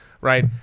right